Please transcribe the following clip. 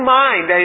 mind